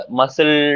muscle